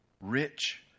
rich